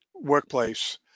workplace